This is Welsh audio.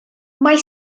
mae